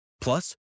Plus